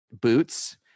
boots